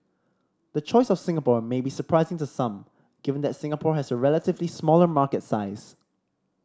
the choice of Singapore may be surprising to some given that Singapore has a relatively smaller market size